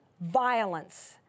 violence